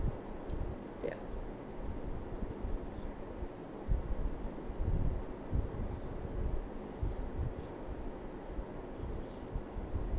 ya